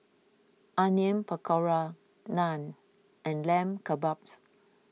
Onion Pakora Naan and Lamb Kebabs